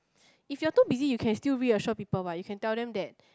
if you're too busy you can still reassure people what you can tell them that